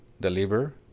deliver